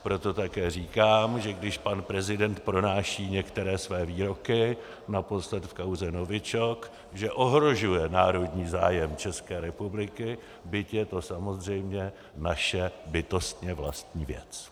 Proto také říkám, že když pan prezident pronáší některé své výroky, naposledy v kauze novičok, ohrožuje národní zájem České republiky, byť je to samozřejmě naše bytostně vlastní věc.